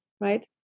right